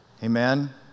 Amen